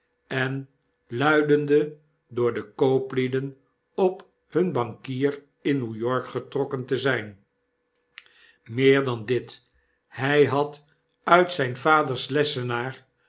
en luidende door de kooplieden op hun bankier in new york getrokken te zyn meer dan dit hy had uit zyn vaders lessenaar